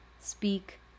speak